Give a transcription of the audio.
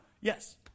Yes